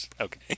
Okay